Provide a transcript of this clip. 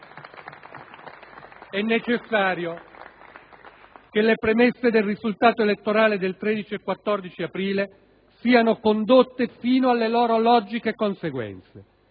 è necessario che le premesse del risultato elettorale del 13 e 14 aprile siano condotte fino alle loro logiche conseguenze.